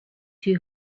too